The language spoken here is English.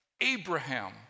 Abraham